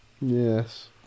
Yes